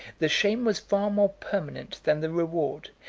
the shame was far more permanent than the reward,